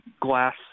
glass